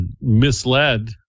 misled